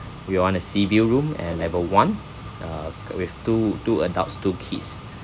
you want a sea view room and level one uh with two two adults two kids